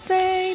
Say